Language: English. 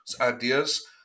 ideas